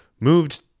moved